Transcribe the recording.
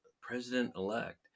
President-elect